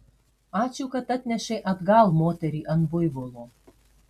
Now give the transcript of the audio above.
ačiū kad atnešei atgal moterį ant buivolo